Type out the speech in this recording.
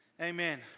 amen